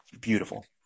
Beautiful